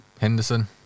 Henderson